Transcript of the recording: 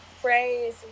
phrase